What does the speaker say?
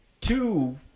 two